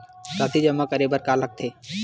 राशि जमा करे बर का का लगथे?